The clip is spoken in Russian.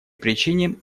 причине